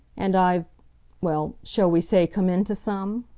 and i've well, shall we say come into some?